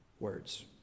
words